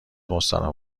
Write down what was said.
مستراح